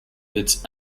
its